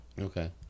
Okay